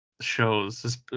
shows